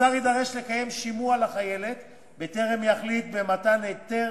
השר יידרש לקיים שימוע לחיילת בטרם יחליט במתן היתר